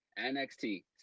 NXT